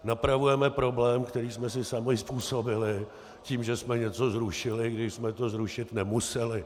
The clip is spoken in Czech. Napravujeme problém, který jsme si sami způsobili tím, že jsme něco zrušili, když jsme to zrušit nemuseli.